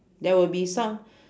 there will be some